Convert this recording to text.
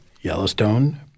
Yellowstone